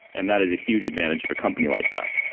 and that is a huge advantage of a company like that.